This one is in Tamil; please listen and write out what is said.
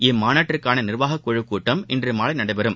இந்தமாநாட்டிற்கானநிா்வாகக்குழுகூட்டம் இன்றுமாலைநடைபெறும்